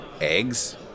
eggs